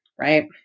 right